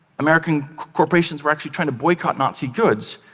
american corporations were actually trying to boycott nazi goods.